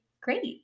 great